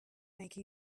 make